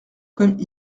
comme